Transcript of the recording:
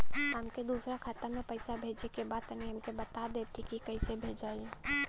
हमके दूसरा खाता में पैसा भेजे के बा तनि हमके बता देती की कइसे भेजाई?